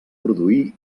produir